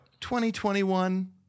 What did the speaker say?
2021